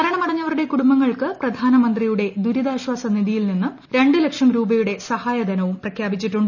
മരണമടഞ്ഞവരുടെ കുടുംബങ്ങൾക്ക് പ്രധാനമന്ത്രിയൂടെ ദുരിതാശ്വാസ നിധിയിൽ നിന്നും രണ്ട് ലക്ഷം രൂപയുള്ടി സ്ഹായധനവും പ്രഖ്യാപിച്ചിട്ടുണ്ട്